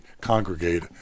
congregate